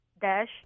dash